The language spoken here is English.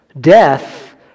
death